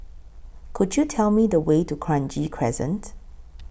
Could YOU Tell Me The Way to Kranji Crescent